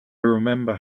remember